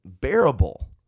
Bearable